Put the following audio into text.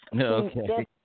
Okay